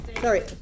Sorry